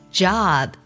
job